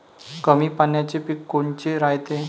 कमी पाण्याचे पीक कोनचे रायते?